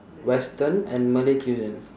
western and malay cuisine